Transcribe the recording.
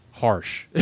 Harsh